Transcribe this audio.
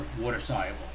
water-soluble